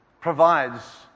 provides